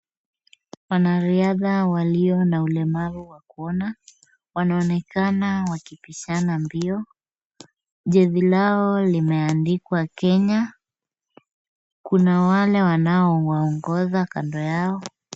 Wanariadha walio na ulemavu wa kuona. Wanaonekana wakipishana mbio. Jezi lao limeandikwa Kenya, kuna wale wanaowaongoza kando yao.